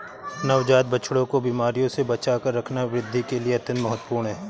नवजात बछड़ों को बीमारियों से बचाकर रखना वृद्धि के लिए अत्यंत महत्वपूर्ण है